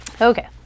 Okay